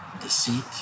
deceit